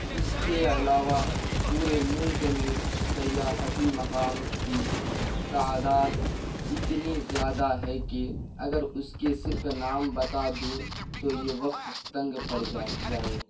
اس کے علاوہ پورے ملک میں سیاحتی مقام کی تعداد اتنی زیادہ ہے کہ اگر اس کے صرف نام بتا دوں تو یہ وقت تنگ پڑ جا جائے